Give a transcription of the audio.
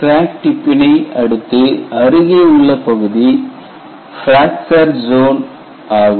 crack டிப்பினை அடுத்து அருகே உள்ள பகுதி பிராக்சர் பிராசஸ் ஜோன் ஆகும்